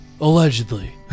allegedly